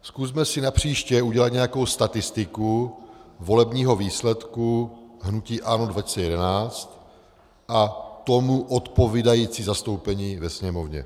Zkusme si napříště udělat nějakou statistiku volebního výsledku hnutí ANO 2011 a tomu odpovídající zastoupení ve Sněmovně.